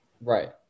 Right